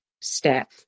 step